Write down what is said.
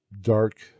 dark